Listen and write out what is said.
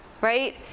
Right